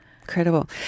Incredible